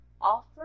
offer